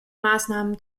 maßnahmen